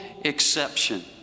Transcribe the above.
exception